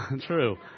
True